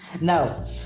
Now